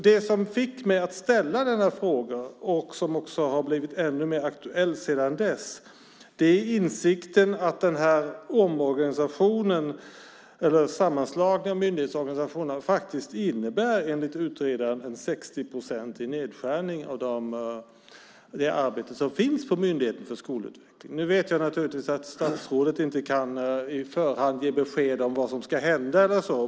Det som fick mig att ställa frågan, som också har blivit alltmer aktuell sedan dess, är insikten att sammanslagningen av myndighetsorganisationerna enligt utredaren innebär en 60-procentig nedskärning av det arbete som finns på Myndigheten för skolutveckling. Nu vet jag att statsrådet inte på förhand kan ge besked om vad som ska hända.